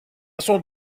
son